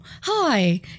hi